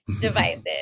devices